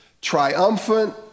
triumphant